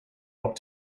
ought